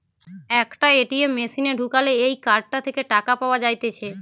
একটা এ.টি.এম মেশিনে ঢুকালে এই কার্ডটা থেকে টাকা পাওয়া যাইতেছে